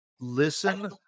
listen